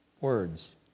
Words